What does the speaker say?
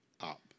up